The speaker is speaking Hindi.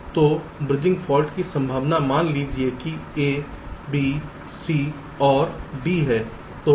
तो ब्रिजिंग फॉल्ट की संभावना मान लीजिए कि A B C और D हैं